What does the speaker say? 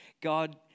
God